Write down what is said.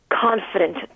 confident